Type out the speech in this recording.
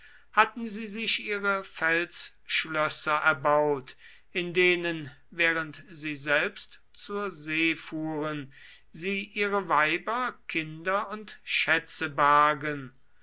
hatten sie sich ihre felsschlösser erbaut in denen während sie selbst zur see fuhren sie ihre weiber kinder und schätze bargen